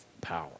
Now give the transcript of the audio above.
power